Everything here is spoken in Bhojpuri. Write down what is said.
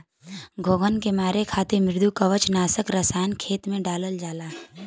घोंघन के मारे खातिर मृदुकवच नाशक रसायन के खेत में डालल जाला